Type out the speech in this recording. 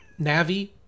Navi